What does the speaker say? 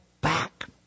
back